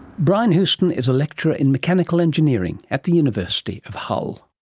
brian houston is a lecturer in mechanical engineering at the university of hull